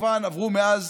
כמובן שעברו מאז